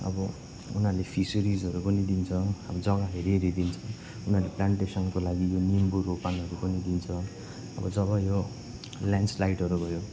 अब उनीहरूले फिसरिसहरू पनि दिन्छ अब जग्गा हेरी हेरी दिन्छ उनीहरूले प्लान्टेसनको लागि यो निम्बू रोपनहरू पनि दिन्छ अब जब यो ल्यान्डस्लाइड्सहरू भयो